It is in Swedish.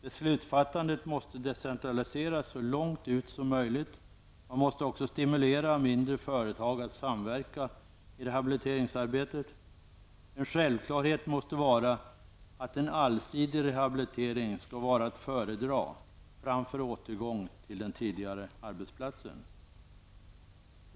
Beslutsfattandet måste decentraliseras så långt ut som möjligt. Man måste också stimulera mindre företag att samverka i rehabiliteringsarbetet. En självklarhet måste vara att en allsidig rehabilitering skall vara att föredra framför återgång till den tidigare arbetsplatsen.